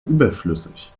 überflüssig